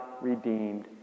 redeemed